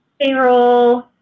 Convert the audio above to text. payroll